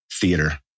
theater